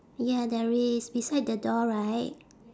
ya there is beside the door right